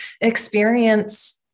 experience